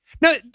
now